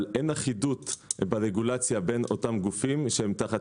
אבל אין אחידות ברגולציה בין אותם גופים שהם תחת